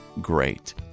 great